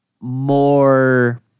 more